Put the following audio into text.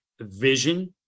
vision